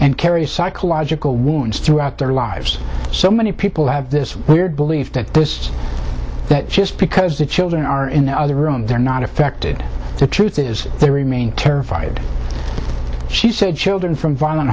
and carries psychological wounds throughout their lives so many people have this weird belief that this that just because the children are in the other room they're not affected the truth is they remain terrified she said children from